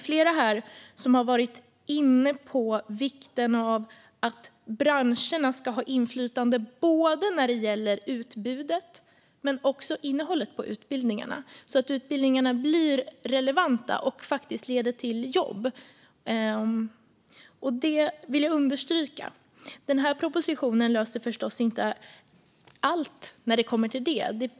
Flera här har varit inne på vikten av att branscherna ska ha inflytande när det gäller utbudet av utbildningar men också deras innehåll så att utbildningarna blir relevanta och faktiskt leder till jobb. Det vill jag understryka. Den här propositionen löser förstås inte allt när det gäller det.